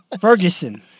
Ferguson